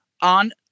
on